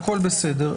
הכול בסדר.